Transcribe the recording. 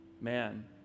Man